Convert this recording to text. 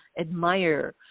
admire